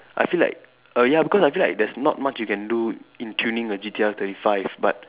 I feel like err ya because I feel like there's not much you can do in tuning a G_T_R thirty five but